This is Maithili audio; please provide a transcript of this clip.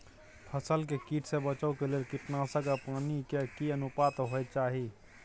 फसल के कीट से बचाव के लेल कीटनासक आ पानी के की अनुपात होय चाही?